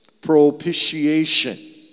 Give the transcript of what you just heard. Propitiation